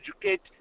educate